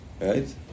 right